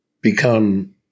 become